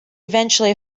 eventually